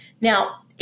Now